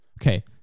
Okay